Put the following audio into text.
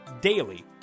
daily